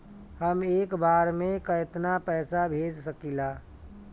हम एक बार में केतना पैसा भेज सकिला?